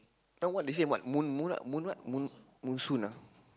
now what they say what moon moon what moon what moon monsoon ah